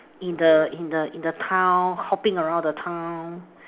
in the in the in the town hopping around the town